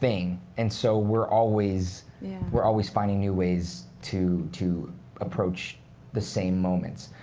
thing. and so we're always we're always finding new ways to to approach the same moments.